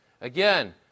Again